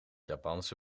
japanse